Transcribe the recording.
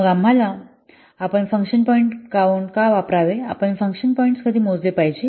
मग आपण function point count का वापरावे आपण फंक्शन पॉईंट्स कधी मोजले पाहिजे